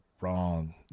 wrong